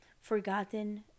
forgotten